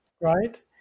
right